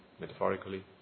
metaphorically